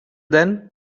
than